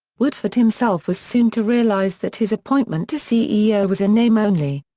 woodford himself was soon to realise that his appointment to ceo was in name only.